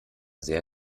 sehr